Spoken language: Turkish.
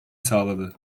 sağladı